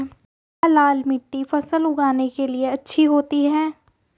क्या लाल मिट्टी फसल उगाने के लिए अच्छी होती है?